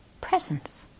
presence